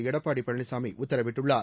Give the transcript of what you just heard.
எடப்பாடி பழனிசாமி உத்தரவிட்டுள்ளார்